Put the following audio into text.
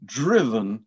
driven